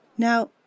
Now